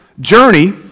journey